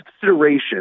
consideration